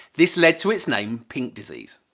this led to its name pink disease.